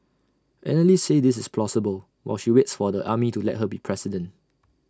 analysts say this is plausible while she waits for the army to let her be president